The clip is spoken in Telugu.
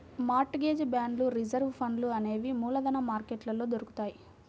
మార్ట్ గేజ్ బాండ్లు రిజర్వు ఫండ్లు అనేవి మూలధన మార్కెట్లో దొరుకుతాయ్